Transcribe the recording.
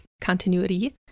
continuity